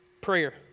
Prayer